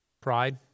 Pride